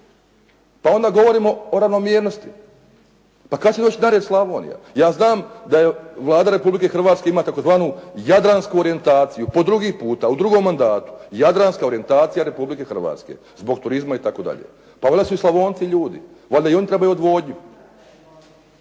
Pa onda govorimo o ravnomjernosti. Pa kad će doći na red Slavonija? Ja znam da Vlada Republike Hrvatske ima tzv. jadransku orijentaciju po drugi puta u drugom mandatu, jadranska orijentacija Republike Hrvatske zbog turizma itd. Pa valjda su i Slavonci ljudi, valjda i oni trebaju odvodnju.